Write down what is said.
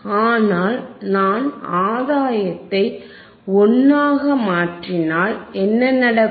ஆனால் நான் ஆதாயத்தை 1 ஆக மாற்றினால் என்ன நடக்கும்